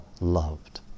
loved